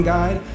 Guide